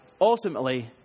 ultimately